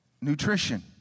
nutrition